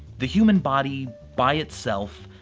the human body, by itself,